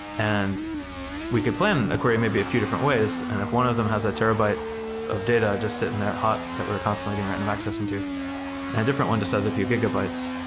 and we could plan a query maybe a few different ways and if one of them has a terabyte of data just sitting there hot that were constantly doing random accessing to and a different one just has a few gigabytes.